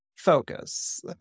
focus